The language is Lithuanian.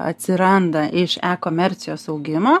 atsiranda iš e komercijos augimo